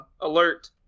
alert